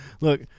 Look